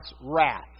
wrath